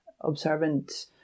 observant